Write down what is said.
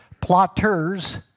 Plotters